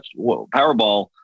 Powerball